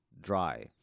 dry